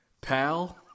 pal